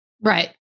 right